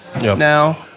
now